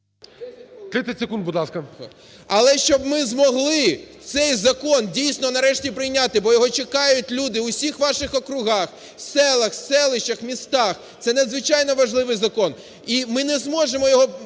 30 секунд, будь ласка. ГОНЧАРЕНКО О.О. Але, щоб ми змогли цей закон, дійсно, нарешті прийняти, бо його чекають люди в усіх ваших округах, селах, селищах, містах, це надзвичайно важливий закон. І ми не зможемо його